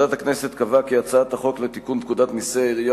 ועדת הכנסת קבעה כי הצעת החוק לתיקון פקודת מסי העירייה